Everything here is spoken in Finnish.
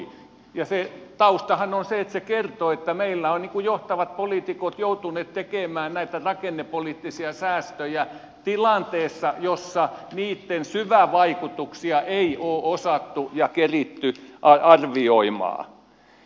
se taustahan on se että se kertoo että meillä ovat johtavat poliitikot joutuneet tekemään näitä rakennepoliittisia säästöjä tilanteessa jossa niitten syvävaikutuksia ei ole osattu ja keritty arvioida